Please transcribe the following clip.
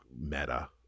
Meta